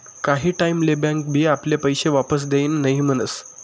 काही टाईम ले बँक बी आपले पैशे वापस देवान नई म्हनस